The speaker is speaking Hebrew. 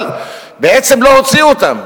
אבל בעצם לא הוציאו אותן.